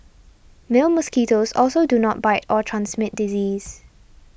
male mosquitoes also do not bite or transmit disease